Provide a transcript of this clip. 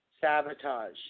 sabotage